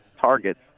targets